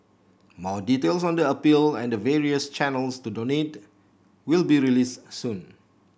more details on the appeal and the various channels to donate will be released soon